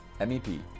MEP